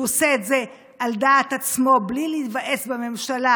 עושה את זה על דעת עצמו בלי להיוועץ בממשלה,